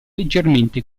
leggermente